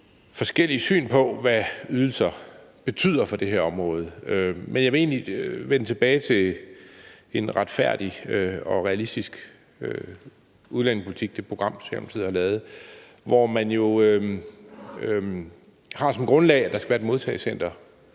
forskellige syn på, hvad ydelser betyder for det her område. Men jeg vil egentlig vende tilbage til det med en retfærdig og realistisk udlændingepolitik, altså det program, Socialdemokratiet har lavet, hvor man har som grundlag, at der skal være et modtagecenter